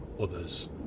others